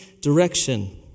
direction